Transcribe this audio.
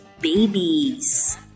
babies